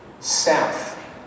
South